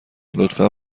لطفا